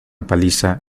paliza